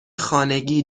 خانگی